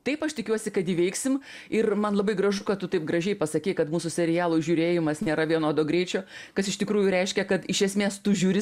taip aš tikiuosi kad įveiksim ir man labai gražu kad tu taip gražiai pasakei kad mūsų serialų žiūrėjimas nėra vienodo greičio kas iš tikrųjų reiškia kad iš esmės tu žiūri